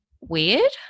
weird